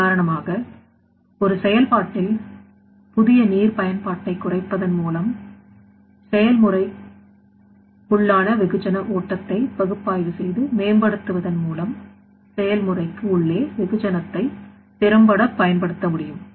உதாரணமாக ஒரு செயல்பாட்டில் புதியநீர் பயன்பாட்டை குறைப்பதன் மூலம் செயல்முறைக் உள்ளான வெகுஜன ஓட்டத்தை பகுப்பாய்வு செய்து மேம்படுத்துவதன் மூலம் செயல்முறைக்கு உள்ளே வெகுஜன த்தை திறம்பட பயன்படுத்த முடியும்